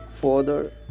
father